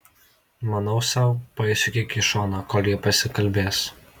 manau sau paeisiu kiek į šoną kol jie pasikalbės